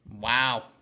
Wow